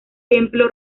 templo